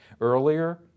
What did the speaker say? Earlier